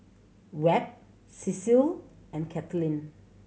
Webb Cecil and Katelynn